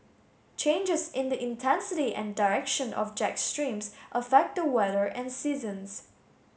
changes in the intensity and direction of jet streams affect the weather and seasons